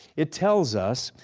it tells us,